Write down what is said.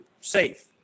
safe